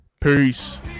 Peace